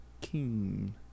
King